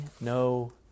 no